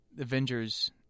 Avengers